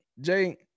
Jay